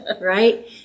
Right